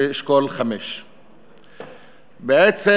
לאשכול 5. בעצם